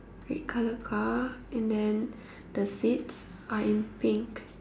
red colour car and then the seats are in pink